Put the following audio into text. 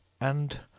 And